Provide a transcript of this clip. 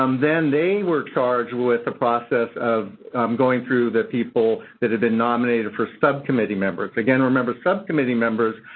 um then they were charged with the process of going through the people that had been nominated for subcommittee members. again, remember, subcommittee members,